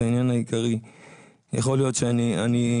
יכול להיות שאני,